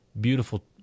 beautiful